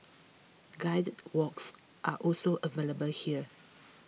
guided walks are also available here